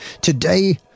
today